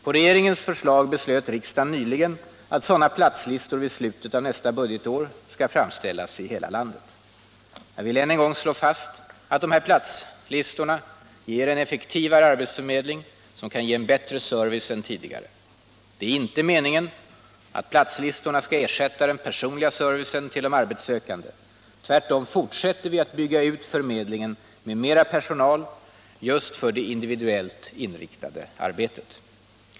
På regeringens förslag beslöt riksdagen nyligen att sådana platslistor vid slutet av nästa budgetår skall framställas i hela landet. Jag vill än en gång slå fast att dessa platslistor ger en effektivare arbetsförmedling som kan ge bättre service än tidigare. Det är inte meningen att platslistorna skall ersätta den personliga servicen till de arbetssökande. Tvärtom fortsätter vi att bygga ut förmedlingen med mera personal just för det individuellt inriktade arbetet.